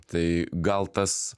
tai gal tas